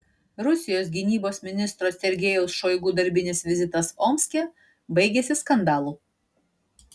rusijos gynybos ministro sergejaus šoigu darbinis vizitas omske baigėsi skandalu